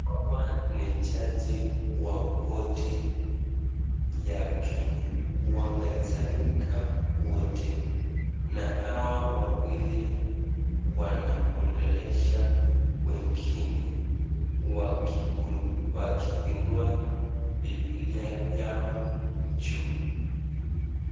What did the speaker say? Hawa ni jaji wa korti ya Kenya. Wamesanyika wote na hawa wawili wanaongelesha wengine wakiinua bibilia yao juu.